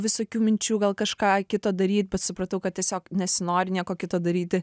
visokių minčių gal kažką kito daryt bet supratau kad tiesiog nesinori nieko kito daryti